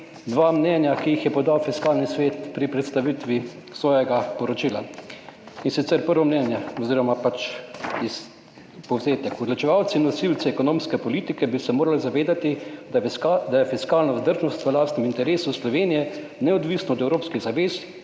dve mnenji, ki ju je podal Fiskalni svet pri predstavitvi svojega poročila. In sicer, prvo mnenje oziroma povzetek: odločevalci in nosilci ekonomske politike bi se morali zavedati, da je fiskalna vzdržnost v lastnem interesu Slovenije, neodvisno od evropskih zavez,